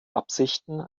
absichten